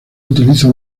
utiliza